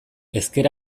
ezker